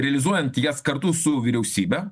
realizuojant jas kartu su vyriausybe